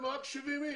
יש לכם רק 70 אנשים.